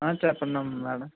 చెప్పండి అమ్మ మేడం